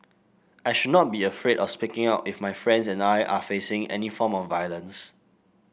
I should not be afraid of speaking out if my friends or I are facing any form of violence